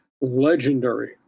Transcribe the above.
legendary